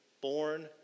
born